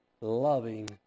loving